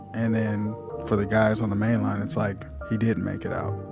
and then for the guys on the main line, it's like, he didn't make it out.